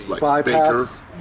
bypass